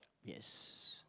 yes